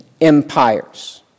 empires